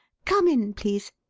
come in, please.